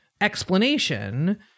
explanation